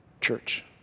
church